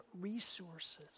resources